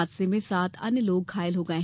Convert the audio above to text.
हादसे में सात अन्य लोग घायल हो गये